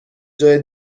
جای